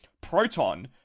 Proton